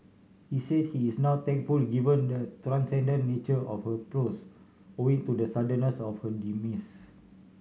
he said he is now thankful given the transcendent nature of her prose owing to the suddenness of her demise